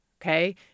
Okay